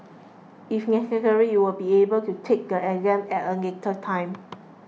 if necessary you will be able to take the exam at a later time